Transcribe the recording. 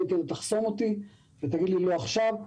אולי תחסום אותי ותגיד לי לא עכשיו,